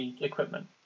equipment